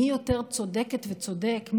מי יותר צודקת וצודק,